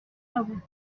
nobles